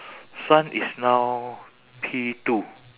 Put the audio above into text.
son is now P two